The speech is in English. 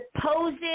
supposed